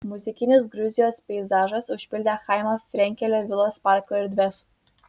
muzikinis gruzijos peizažas užpildė chaimo frenkelio vilos parko erdves